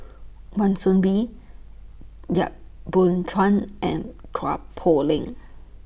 Wan Soon Bee Yap Boon Chuan and Chua Poh Leng